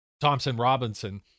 Thompson-Robinson